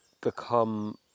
become